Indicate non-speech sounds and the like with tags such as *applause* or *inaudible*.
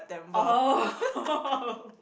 oh *laughs*